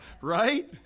Right